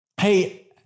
hey